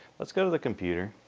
let's go to the computer,